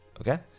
okay